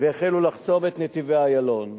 והחלו לחסום את נתיבי-איילון.